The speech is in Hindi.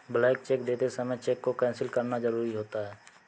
ब्लैंक चेक देते समय चेक को कैंसिल करना जरुरी होता है